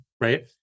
right